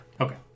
okay